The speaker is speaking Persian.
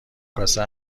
کاسه